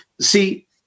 see